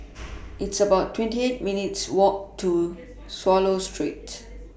It's about twenty eight minutes' Walk to Swallow Street